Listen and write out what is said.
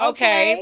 Okay